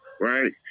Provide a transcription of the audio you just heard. Right